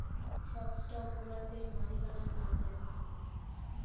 সব স্টকগুলাতে মালিকানার নাম লেখা থাকে